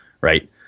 Right